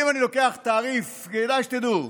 אם אני לוקח תעריף, כדאי שתדעו: